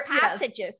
passages